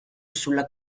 sulla